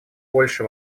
больше